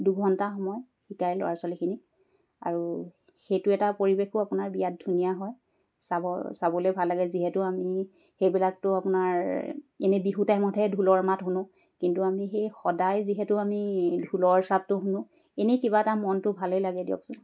দুঘণ্টা সময় শিকায় ল'ৰা ছোৱালীখিনি আৰু সেইটো এটা পৰিৱেশো আপোনাৰ বিৰাত ধুনীয়া হয় চাব চাবলৈ ভাল লাগে যিহেতু আমি সেইবিলাকতো আপোনাৰ এনেই বিহু টাইমতহে ঢোলৰ মাত শুনো কিন্তু আমি সেই সদায় যিহেতু আমি ঢোলৰ চাপটো শুনো এনেই কিবা এটা মনটো ভালেই লাগে দিয়কচোন